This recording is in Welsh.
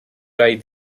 rhaid